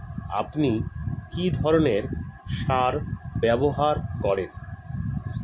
আপনি কী ধরনের সার ব্যবহার করেন?